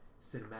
cinematic